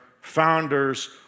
founders